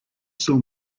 saw